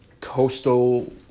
coastal